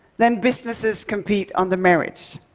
then businesses compete on the merits,